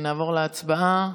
נעבור להצבעה.